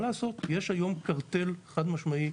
מה לעשות, יש היום קרטל, חד משמעי,